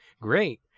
great